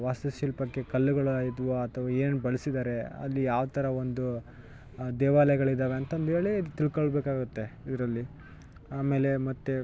ವಾಸ್ತುಶಿಲ್ಪಕ್ಕೆ ಕಲ್ಲುಗಳು ಆದ್ವು ಅಥವ ಏನು ಬಳಸಿದಾರೆ ಅಲ್ಲಿ ಯಾವ್ತರ ಒಂದು ದೇವಾಲಯಗಳಿದಾವೆ ಅಂತಂದೇಳಿ ತಿಳ್ಕೊಳ್ಬೇಕಾಗುತ್ತೆ ಇದರಲ್ಲಿ ಆಮೇಲೆ ಮತ್ತು